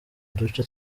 duce